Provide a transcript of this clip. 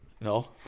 No